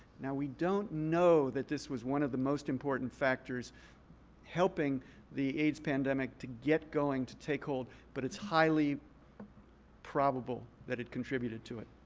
now we don't know that this was one of the most important factors helping the aids pandemic to get going, to take hold. but it's highly probable that it contributed to it.